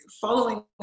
following